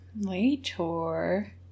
Later